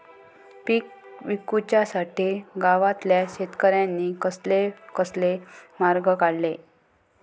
पीक विकुच्यासाठी गावातल्या शेतकऱ्यांनी कसले कसले मार्ग काढले?